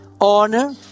honor